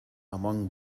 among